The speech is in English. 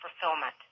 fulfillment